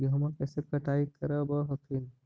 गेहुमा कैसे कटाई करब हखिन?